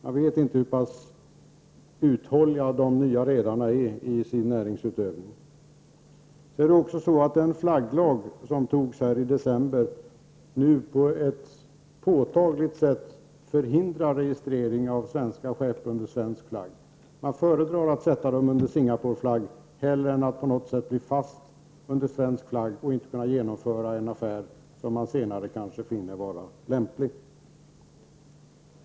Man vet inte hur pass uthålliga de nya redarna är i sin näringsutövning. Den flagglag som beslutades i december förhindrar på ett påtagligt sätt en registrering av svenska skepp under svensk flagg. Man föredrar att sätta skeppen under Singaporeflagg hellre än att på något sätt bli fast under svensk flagg och inte kunna genomföra en affär som man senare kanske finner vara lämplig.